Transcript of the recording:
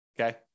okay